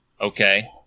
Okay